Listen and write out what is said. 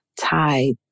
tied